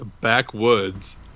backwoods